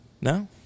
no